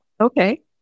okay